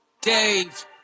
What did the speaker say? Dave